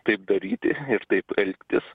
taip daryti ir taip elgtis